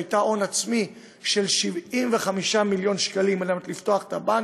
שהייתה הון עצמי של 75 מיליון שקלים על מנת לפתוח את הבנק,